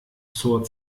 zur